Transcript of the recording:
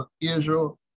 Israel